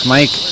Mike